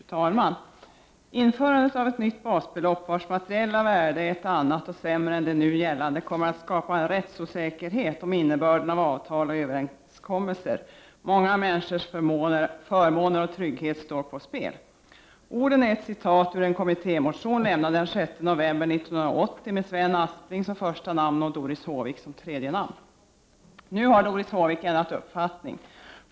Fru talman! ”Införandet av ett nytt basbelopp, vars materiella värde är ett annat och sämre än det nu gällande, kommer att skapa en rättsosäkerhet om innebörden av avtal och överenskommelser. Många människors förmåner och trygghet står på spel.” Orden är ett citat ur en kommittémotion lämnad den 6 november 1980 med Sven Aspling som första namn och Doris Håvik som tredje namn. Nu har Doris Håvik ändrat uppfattning.